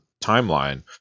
timeline